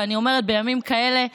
ואני אומרת בימים כאלה: